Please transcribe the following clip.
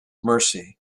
mercy